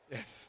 Yes